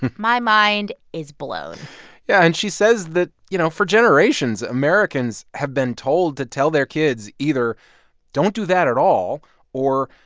my mind is blown yeah. and she says that, you know, for generations, americans have been told to tell their kids either don't do that at all or,